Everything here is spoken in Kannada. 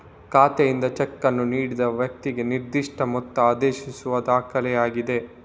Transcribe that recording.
ಖಾತೆಯಿಂದ ಚೆಕ್ ಅನ್ನು ನೀಡಿದ ವ್ಯಕ್ತಿಗೆ ನಿರ್ದಿಷ್ಟ ಮೊತ್ತ ಆದೇಶಿಸುವ ದಾಖಲೆಯಾಗಿದೆ